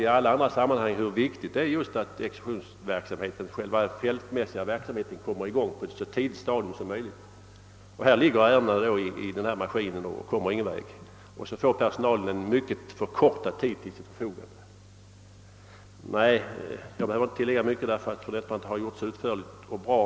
I alla andra sammanhang har det framhållits att den fältmässiga verksamheten måste komma i gång på ett så tidigt stadium som möjligt, men i detta fall ligger ärendena i datamaskinen och man kommer ingen vart med dem. Personalen får också bara en mycket förkortad tid till sitt förfogande. Jag skall här inte argumentera ytterligare. Det har fru Nettelbrandt redan gjort både utförligt och bra.